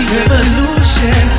revolution